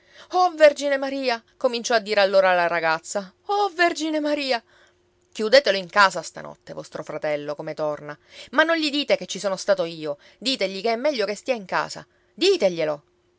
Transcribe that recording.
oh vergine maria cominciò a dire allora la ragazza oh vergine maria chiudetelo in casa stanotte vostro fratello come torna ma non gli dite che ci sono stato io ditegli che è meglio che stia in casa diteglielo